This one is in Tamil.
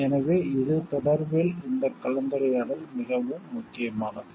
எனவே இது தொடர்பில் இந்த கலந்துரையாடல் மிகவும் முக்கியமானது